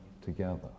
together